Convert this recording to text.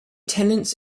tenants